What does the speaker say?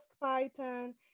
Python